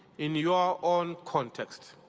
in your own context.